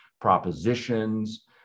propositions